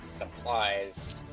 applies